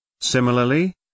Similarly